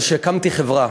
זה שהקמתי חברה,